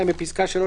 (2)בפסקה (3),